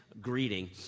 greeting